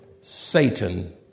Satan